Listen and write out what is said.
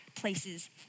places